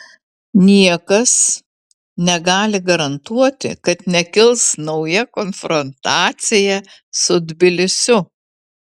niekas negali garantuoti kad nekils nauja konfrontacija su tbilisiu